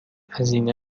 هزینه